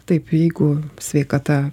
taip jeigu sveikata